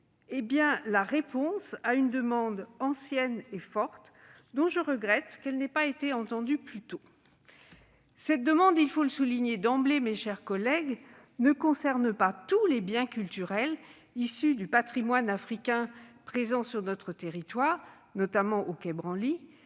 est la réponse à une demande ancienne et forte dont je regrette qu'elle n'ait pas été entendue plus tôt. Précisons d'emblée que cette demande ne concerne pas tous les biens culturels issus du patrimoine africain présents sur notre territoire, notamment au quai Branly,